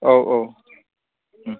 औ औ